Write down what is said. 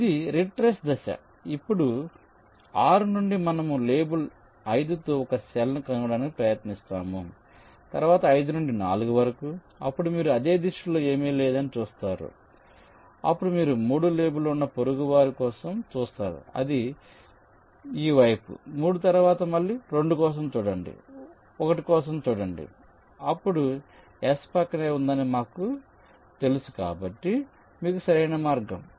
ఇది రిట్రేస్ దశ అప్పుడు 6 నుండి మనము లేబుల్ 5 తో ఒక సెల్ ను కనుగొనటానికి ప్రయత్నిస్తాము తరువాత 5 నుండి 4 వరకు అప్పుడు మీరు అదే దిశలో ఏమీ లేదని చూస్తారు అప్పుడు మీరు 3 లేబుల్ ఉన్న పొరుగువారి కోసం చూస్తారు అది ఈ వైపు 3 తరువాత మళ్ళీ 2 కోసం చూడండి 1 కోసం చూడండి అప్పుడు S ప్రక్కనే ఉందని మాకు తెలుసు కాబట్టి మీకు సరైన మార్గం